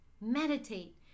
meditate